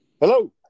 Hello